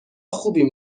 خوبیم